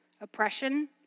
oppression